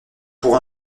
pour